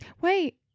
Wait